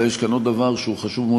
אלא יש כאן עוד דבר שהוא חשוב מאוד,